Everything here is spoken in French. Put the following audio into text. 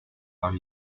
par